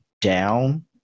down